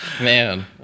Man